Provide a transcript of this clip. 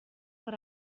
what